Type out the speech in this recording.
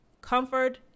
comfort